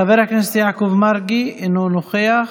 חבר הכנסת יעקב מרגי, אינו נוכח,